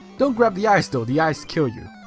don't grab the eyes though. the eyes kill you.